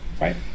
right